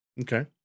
Okay